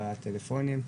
בפלאפונים,